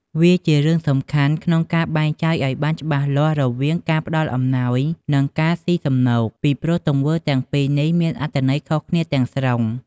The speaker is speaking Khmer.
វាជារឿងសំខាន់ក្នុងការបែងចែកឱ្យបានច្បាស់លាស់រវាងការ ផ្ដល់អំណោយ និងការស៊ីសំណូក ពីព្រោះទង្វើទាំងពីរនេះមានអត្ថន័យខុសគ្នាទាំងស្រុង។